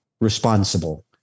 responsible